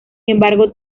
embargo